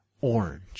Orange